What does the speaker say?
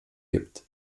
gibt